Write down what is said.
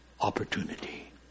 opportunity